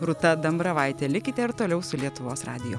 rūta dambravaitė likite ir toliau su lietuvos radiju